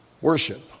worship